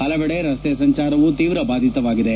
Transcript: ಹಲವೆಡೆ ರಸ್ತೆ ಸಂಚಾರವೂ ತೀವ್ರ ಬಾಧಿತವಾಗಿದೆ